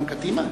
כן.